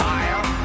Fire